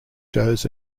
shows